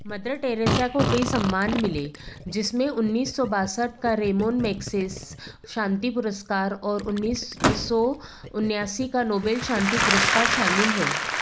mother Teresa को कई सम्मान मिले जिसमें उन्नीस सौ बासठ का रेमॉन मेग्सेस शांति पुरस्कार और उन्नीस सौ उनासी का नोबेल शांति पुरस्कार शामिल है